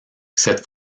cette